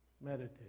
Meditate